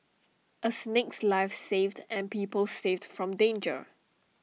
A snake's life saved and people saved from danger